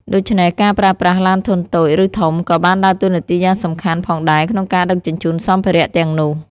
ដូច្នេះ ការប្រើប្រាស់ ឡានធុនតូច ឬធំ ក៏បានដើរតួនាទីយ៉ាងសំខាន់ផងដែរក្នុងការដឹកជញ្ជូនសម្ភារៈទាំងនោះ។